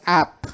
app